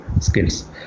skills